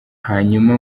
hanyuma